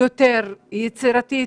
יותר יצירתית,